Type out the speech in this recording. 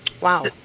Wow